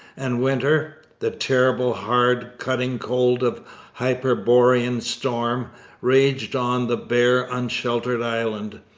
and winter the terrible, hard, cutting cold of hyperborean storm raged on the bare, unsheltered island.